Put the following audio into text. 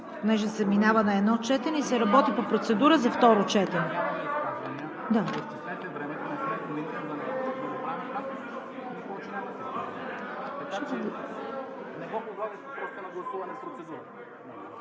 …се минава на едно четене и се работи по процедура за второ четене.